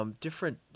Different